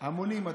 המונים.